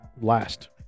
last